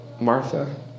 Martha